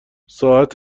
ساعت